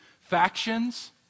Factions